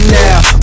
now